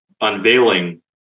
unveiling